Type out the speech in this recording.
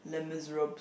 Les-Miserables